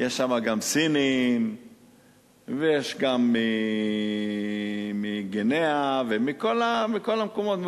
יש שם גם סינים ויש גם מגינאה ומכל המקומות.